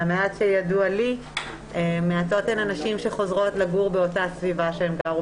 מהמעט שידוע לי מעטות הן הנשים שחוזרות לגור באותה סביבה בה הן גרו